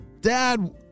Dad